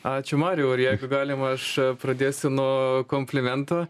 ačiū marijau ir jeigu galima aš pradėsiu nuo komplimento